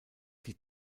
die